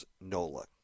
nola